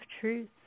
truth